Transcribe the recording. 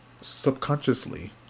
subconsciously